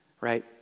Right